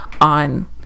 on